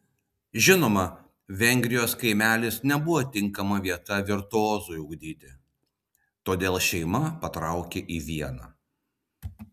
žinoma vengrijos kaimelis buvo netinkama vieta virtuozui ugdyti todėl šeima patraukė į vieną